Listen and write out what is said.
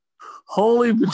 Holy